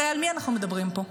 הרי על מי אנחנו מדברים פה?